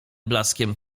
blaskiem